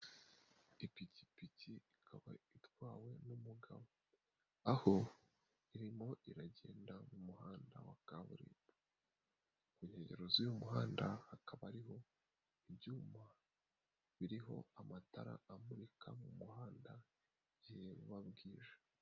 Ipikipiki ikaba itwawe n'umugabo aho irimo iragenda mu muhanda wa kaburimbo. Ku nkengero z'uyu muhanda hakaba ariho ibyuma biriho amatara amurika mu muhanda igihe buba bwije.